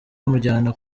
bamujyana